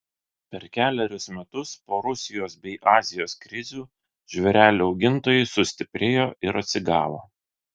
per kelerius metus po rusijos bei azijos krizių žvėrelių augintojai sustiprėjo ir atsigavo